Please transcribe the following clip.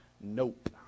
nope